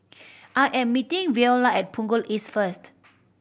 I am meeting Viola at Punggol East first